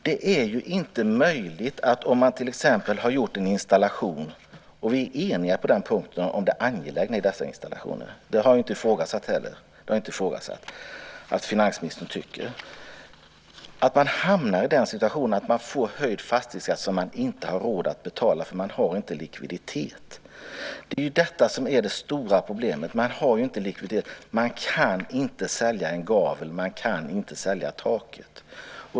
Det är inte rimligt om man till exempel har gjort en installation - och vi är eniga om det angelägna i dessa installationer - att hamna i den situationen att man får höjd fastighetsskatt så att man inte har råd att betala därför att man inte har likviditet. Det är detta som är det stora problemet, att man inte har likviditet. Man kan inte sälja en gavel, man kan inte sälja ett tak.